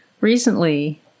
recently